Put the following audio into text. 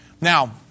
Now